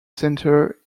center